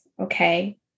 okay